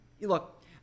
look